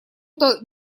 это